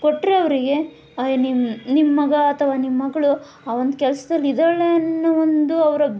ಕೊಟ್ಟರೆ ಅವರಿಗೆ ನಿಮ್ಮ ನಿಮ್ಮ ಮಗ ಅಥವಾ ನಿಮ್ಮ ಮಗಳು ಆ ಒಂದು ಕೆಲ್ಸ್ದಲ್ಲಿ ಇದ್ದಾಳೆ ಅನ್ನೋ ಒಂದು ಅವರ